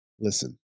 listen